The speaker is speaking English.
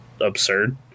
absurd